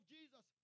Jesus